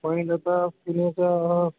पाणी